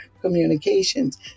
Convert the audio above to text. communications